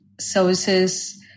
services